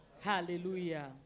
Hallelujah